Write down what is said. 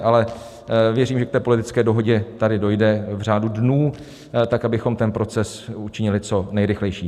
Ale věřím, že k politické dohodě tady dojde v řádu dnů tak, abychom ten proces učinili co nejrychlejší.